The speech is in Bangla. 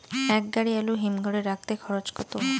এক গাড়ি আলু হিমঘরে রাখতে খরচ কত?